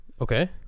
Okay